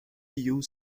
you